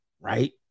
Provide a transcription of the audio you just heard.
right